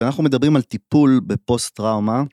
ואנחנו מדברים על טיפול בפוסט טראומה.